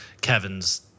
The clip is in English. Kevin's